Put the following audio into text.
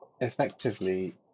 effectively